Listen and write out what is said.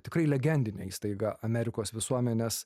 tikrai legendinė įstaiga amerikos visuomenės